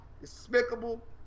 despicable